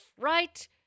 right